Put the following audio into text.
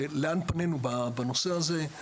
לאן פנינו בנושא הזה,